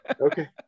Okay